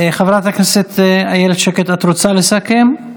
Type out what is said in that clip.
חברת הכנסת אילת שקד, את רוצה לסכם?